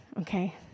Okay